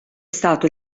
stato